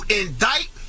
indict